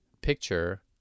picture